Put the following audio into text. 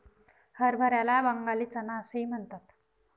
हरभऱ्याला बंगाली चना असेही म्हणतात